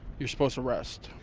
you're supposed to rest.